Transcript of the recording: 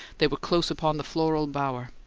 they were close upon the floral bower.